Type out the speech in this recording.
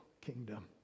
kingdom